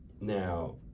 Now